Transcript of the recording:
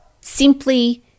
simply